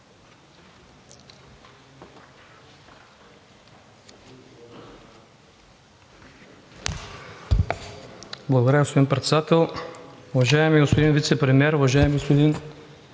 Благодаря Ви, господин Председател. Уважаеми господин Вицепремиер, уважаеми господин